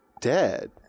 dead